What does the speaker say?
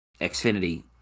Xfinity